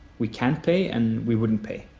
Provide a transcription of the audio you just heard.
we can't pay and we wouldn't pay.